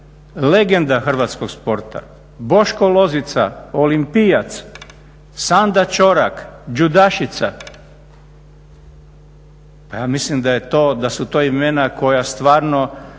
legenda hrvatskog sporta, Boško Lozica, olimpijac, Sanda Čorak, džudašica, pa ja mislim da su to imena koja stvarno